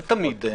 לא תמיד.